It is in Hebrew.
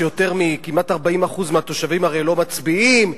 שכמעט 40% מהתושבים הרי לא מצביעים,